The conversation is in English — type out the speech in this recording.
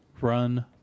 run